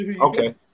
Okay